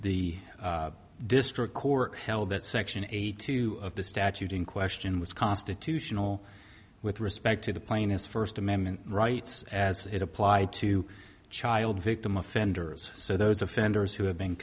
the district court held that section eighty two of the statute in question was constitutional with respect to the plaintiffs first amendment rights as it applied to child victim offenders so those offenders who have been